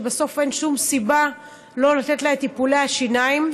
שבסוף אין שום סיבה שלא לתת לה את טיפולי השיניים.